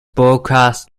broadcast